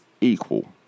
equal